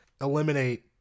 eliminate